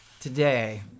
Today